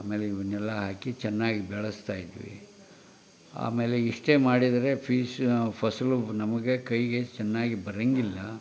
ಆಮೇಲೆ ಇವನ್ನೆಲ್ಲ ಹಾಕಿ ಚೆನ್ನಾಗಿ ಬೆಳೆಸ್ತಾಯಿದ್ವಿ ಆಮೇಲೆ ಇಷ್ಟೇ ಮಾಡಿದರೆ ಫೀಸ್ ಫಸಲು ನಮಗೆ ಕೈಗೆ ಚೆನ್ನಾಗಿ ಬರೋಂಗಿಲ್ಲ